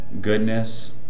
Goodness